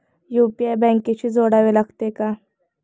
UPI बँकेशी जोडावे लागते का?